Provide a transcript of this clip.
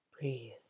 Breathe